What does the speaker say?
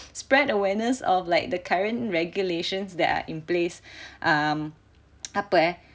spread awareness of like the current regulations that are in place um apa eh